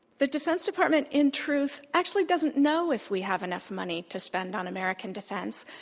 the defense department, in truth, actually doesn't know if we have enough money to spend on american defense,